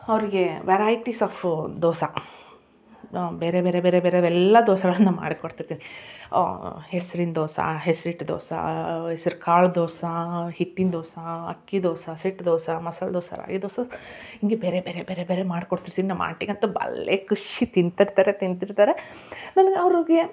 ಅವರಿಗೆ varieties of dosa ಬೇರೆ ಬೇರೆ ಬೇರೆ ಬೇರೆ ಅವೆಲ್ಲ ದೋಸೆಗಳನ್ನ ಮಾಡಿ ಕೊಟ್ಟಿರ್ತೀನಿ ಹೆಸ್ರಿನ ದೋಸೆ ಹೆಸ್ರಿಟ್ಟು ದೋಸೆ ಹೆಸ್ರು ಕಾಳು ದೋಸೆ ಹಿಟ್ಟಿನ ದೋಸೆ ಅಕ್ಕಿ ದೋಸೆ ಸೆಟ್ ದೋಸೆ ಮಸಾಲೆ ದೋಸೆ ರಾಗಿ ದೋಸೆ ಹೀಗೆ ಬೇರೆ ಬೇರೆ ಬೇರೆ ಬೇರೆ ಮಾಡಿ ಕೊಟ್ಟಿರ್ತೀನಿ ನಮ್ಮ ಆಂಟಿಗಂತೂ ಭಲೇ ಖುಷಿ ತಿಂತಿರ್ತಾರೆ ತಿಂತಿರ್ತಾರೆ ನನಗೆ ಅವರಿಗೆ